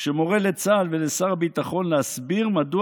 שמורה לצה"ל ולשר הביטחון להסביר מדוע